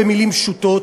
במילים פשוטות,